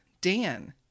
Dan